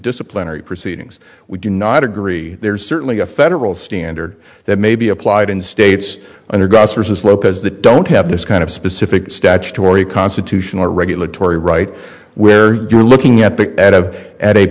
disciplinary proceedings we do not agree there is certainly a federal standard that may be applied in states under gossipers lopez that don't have this kind of specific statutory constitutional or regulatory right where you're looking at the at of at a